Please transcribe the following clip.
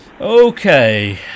Okay